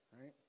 right